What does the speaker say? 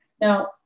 Now